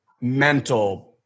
mental